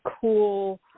cool